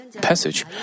passage